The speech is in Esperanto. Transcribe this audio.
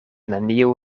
neniu